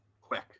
Quick